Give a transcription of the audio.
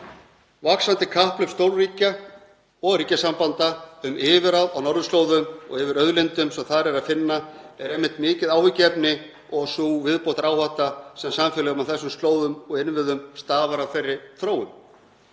Vaxandi kapphlaup stórríkja og ríkjasambanda um yfirráð á norðurslóðum og yfir auðlindum sem þar er að finna er einmitt mikið áhyggjuefni og sú viðbótaráhætta sem samfélögum á þessum slóðum og innviðum stafar af þeirri þróun.